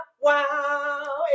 wow